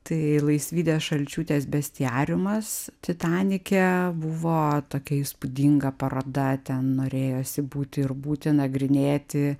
tai laisvydės šalčiūtės bestiariumas titanike buvo tokia įspūdinga paroda ten norėjosi būti ir būti nagrinėti